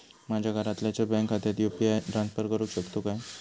माझ्या घरातल्याच्या बँक खात्यात यू.पी.आय ट्रान्स्फर करुक शकतय काय?